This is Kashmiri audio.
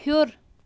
ہیوٚر